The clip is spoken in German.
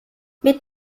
mit